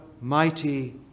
mighty